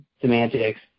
semantics